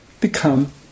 become